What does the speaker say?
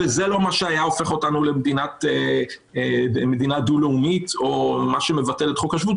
וזה לא מה שהיה הופך אותנו למדינה דו-לאומית או מה שמבטל את חוק השבות,